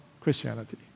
Christianity